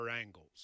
angles